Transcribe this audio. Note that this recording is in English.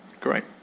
great